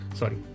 sorry